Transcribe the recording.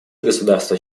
государства